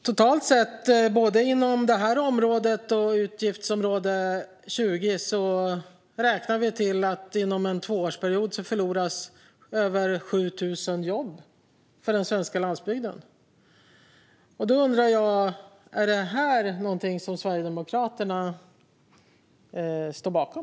Totalt sett, inom både det här området och utgiftsområde 20, räknar vi med att den svenska landsbygden förlorar över 7 000 jobb inom en tvåårsperiod. Jag undrar om det är något som Sverigedemokraterna står bakom.